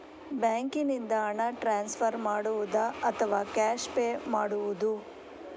ಬ್ಯಾಂಕಿನಿಂದ ಹಣ ಟ್ರಾನ್ಸ್ಫರ್ ಮಾಡುವುದ ಅಥವಾ ಕ್ಯಾಶ್ ಪೇ ಮಾಡುವುದು?